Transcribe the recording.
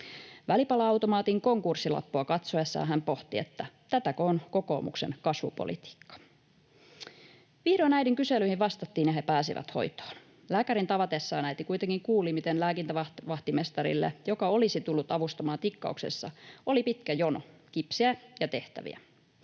Välipala-automaatin konkurssilappua katsoessaan hän pohti, tätäkö on kokoomuksen kasvupolitiikka. Vihdoin äidin kyselyihin vastattiin, ja he pääsivät hoitoon. Lääkärin tavatessaan äiti kuitenkin kuuli, miten lääkintävahtimestarille, joka olisi tullut avustamaan tikkauksessa, oli pitkä jono kipsiä ja tehtäviä.